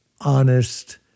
honest